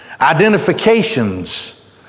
identifications